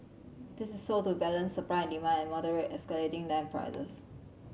this is so as to balance supply and demand and moderate escalating land prices